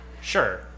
Sure